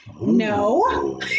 no